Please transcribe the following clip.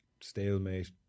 stalemate